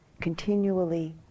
continually